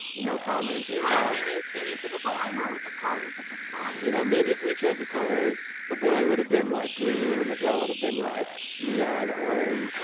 no comment, she went very stereotypical i know with the colors which is fine, you know maybe if we chose the colors the boy would have been like green and the girl would have been like neon orange.